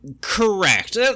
Correct